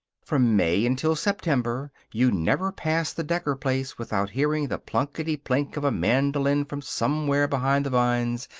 from may until september you never passed the decker place without hearing the plunkety-plink of a mandolin from somewhere behind the vines,